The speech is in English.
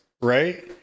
right